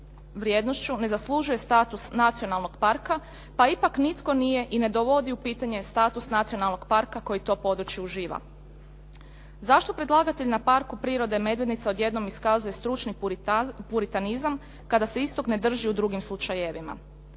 ne zaslužuje status nacionalnog parka pa ipak nitko nije i ne dovodi u pitanje status nacionalnog parka koji to područje uživa. Zašto predlagatelj na Parku prirode Medvednica iskazuje stručni puritanizam kada se istog ne drži u drugim slučajevima.